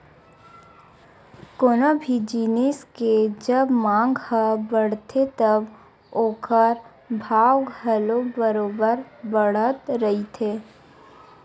कोनो भी जिनिस के जब मांग ह बड़थे तब ओखर भाव ह घलो बरोबर बड़त रहिथे